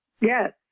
Yes